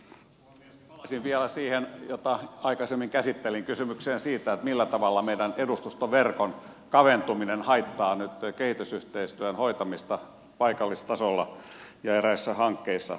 palaisin vielä siihen jota aikaisemmin käsittelin kysymykseen siitä millä tavalla meidän edustustoverkkomme kaventuminen haittaa nyt kehitysyhteistyön hoitamista paikallistasolla ja eräissä hankkeissa